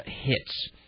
hits